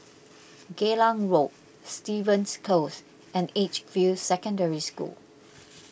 Geylang Road Stevens Close and Edgefield Secondary School